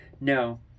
No